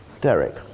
Derek